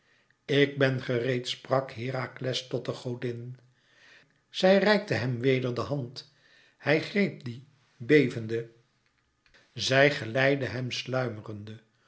ik ben gereed sprak herakles tot de godin zij reikte hem weder de hand hij greep die bevende zij geleidde hem sluimerende